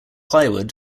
plywood